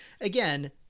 again